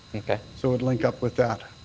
so it would link up with that.